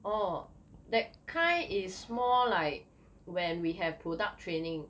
orh that kind is more like when we have product training